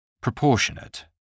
Proportionate